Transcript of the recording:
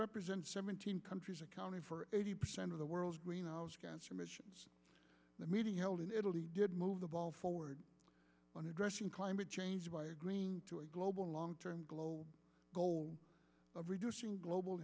represents seventeen countries accounted for eighty percent of the world's greenhouse gas emissions the meeting held in italy did move the ball forward on addressing climate change by agreeing to a global long term global goal of reducing global